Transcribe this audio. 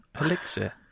Elixir